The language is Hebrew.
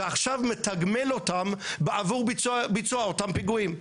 ועכשיו מתגמלים אותם עבור ביצוע אותם פיגועים.